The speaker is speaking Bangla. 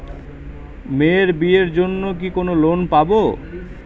মেয়ের বিয়ের জন্য কি কোন লোন পাব?